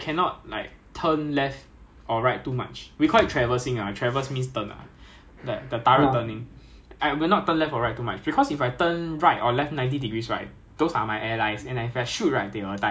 and they will really really die in front of me so so we need to tie a chain in Singapore and then if we elevate the the barrel too much right the shore opposite us ah the buildings opposite us we can see ah is Malaysia